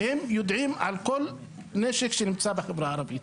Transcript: והם יודעים על כל נשק שנמצא בחברה הערבית.